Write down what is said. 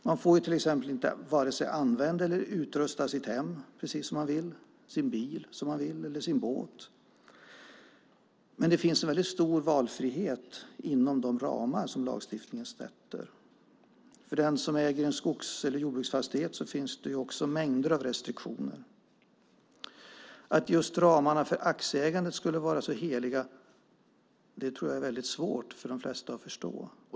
Man får till exempel inte vare sig använda eller utrusta sitt hem, sin bil eller sin båt som man vill. Det finns emellertid en stor valfrihet inom de ramar som lagstiftningen sätter. För den som äger en skogs eller jordbruksfastighet finns det mängder av restriktioner. Att just ramarna för aktieägande skulle vara så heliga tror jag är svårt för de flesta att förstå.